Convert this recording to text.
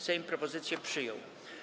Sejm propozycję przyjął.